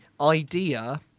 idea